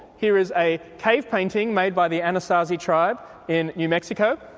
here is a cave painting made by the anasazi tribe in new mexico,